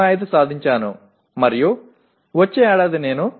05 సాధించాను మరియు వచ్చే ఏడాది నేను 0